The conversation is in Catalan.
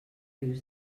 rius